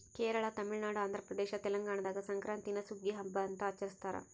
ಕೇರಳ ತಮಿಳುನಾಡು ಆಂಧ್ರಪ್ರದೇಶ ತೆಲಂಗಾಣದಾಗ ಸಂಕ್ರಾಂತೀನ ಸುಗ್ಗಿಯ ಹಬ್ಬ ಅಂತ ಆಚರಿಸ್ತಾರ